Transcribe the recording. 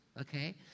okay